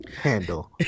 handle